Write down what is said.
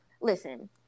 Listen